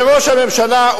וראש הממשלה,